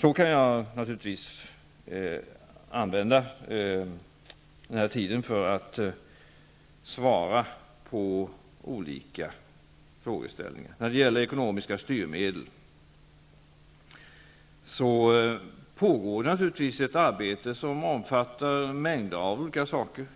Jag kan naturligtvis använda min tid för att svara på olika frågeställningar. När det gäller ekonomiska styrmedel pågår ett arbete som omfattar mängder av olika saker.